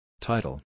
Title